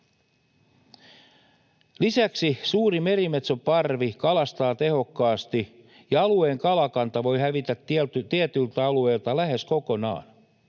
Lisäksi suuri merimetsoparvi kalastaa tehokkaasti, ja alueen kalakanta voi hävitä tietyiltä alueilta lähes kokonaan.